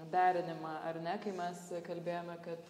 derinimą ar ne kai mes kalbėjome kad